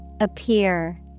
Appear